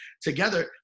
together